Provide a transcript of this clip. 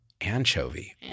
Anchovy